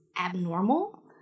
abnormal